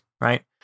right